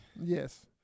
Yes